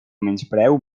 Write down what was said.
menyspreu